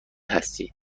هستید